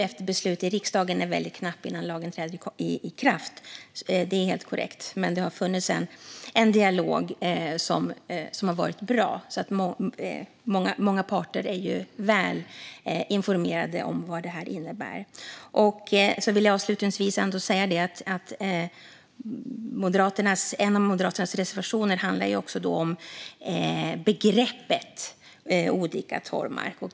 Efter beslutet i riksdagen är tiden väldigt knapp innan lagen träder i kraft - det är helt korrekt. Men det har funnits en dialog som har varit bra. Många parter är alltså väl informerade om vad detta innebär. En av Moderaternas reservationer handlar om begreppet odikad torvmark.